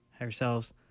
yourselves